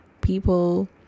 people